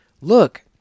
look